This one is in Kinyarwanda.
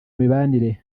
mibanire